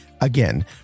again